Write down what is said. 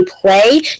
play